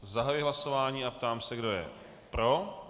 Zahajuji hlasování a ptám se, kdo je pro.